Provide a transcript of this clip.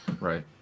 Right